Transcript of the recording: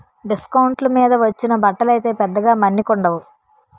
డిస్కౌంట్ల మీద వచ్చిన బట్టలు అయితే పెద్దగా మన్నికుండవు